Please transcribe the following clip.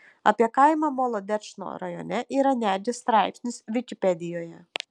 apie kaimą molodečno rajone yra netgi straipsnis vikipedijoje